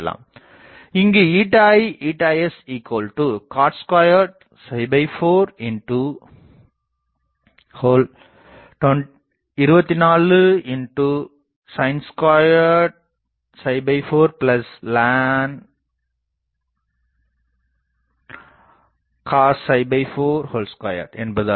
இங்கு ηi ηscot24 24 sin 24ln cos 42 என்பது ஆகும்